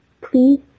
please